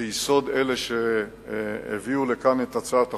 ביסוד אצל אלה שהביאו לכאן את הצעת החוק.